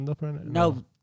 No